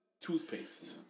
Toothpaste